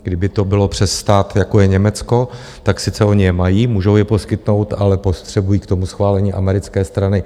Kdyby to bylo přes stát, jako je Německo, tak sice oni je mají, můžou je poskytnout, ale potřebují k tomu schválení americké strany.